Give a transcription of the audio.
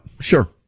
Sure